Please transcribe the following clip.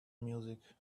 music